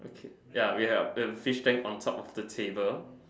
okay ya we have a fish tank on top of the table